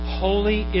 holy